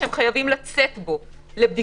הם לא יוצאים לבדיקה,